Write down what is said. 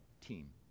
team